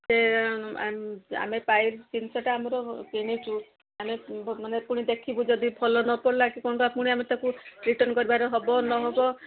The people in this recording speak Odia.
ସେ ଆମେ ପାଇ ଜିନିଷଟା ଆମର କିଣିଛୁ ଆମେ ମାନେ ପୁଣି ଦେଖିବୁ ଯଦି ଭଲ ନ ପଡ଼ିଲା କି କ'ଣ ପୁଣି ଆମେ ତାକୁ ରିଟର୍ଣ୍ଣ କରିବାର ହବ ନ ହବ